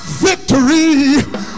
Victory